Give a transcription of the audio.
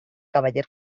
cavaller